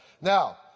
Now